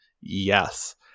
Yes